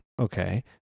Okay